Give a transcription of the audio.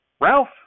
Ralph